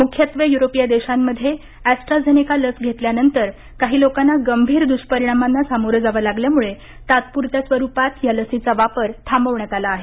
मुख्यत्वे युरोपीय देशांमध्ये एस्ट्राझेनेका लस घेतल्यानंतर काही लोकांना गंभीर दृष्परिणामांना समोरं जावं लागल्यामुळे तात्पुरत्या स्वरुपात ह्या लसीचा वापर थांबवण्यात आला आहे